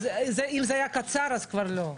אם זה היה קצר אז כבר לא.